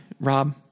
Rob